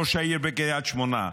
ראש העיר בקריית שמונה,